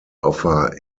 offer